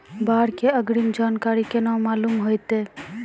बाढ़ के अग्रिम जानकारी केना मालूम होइतै?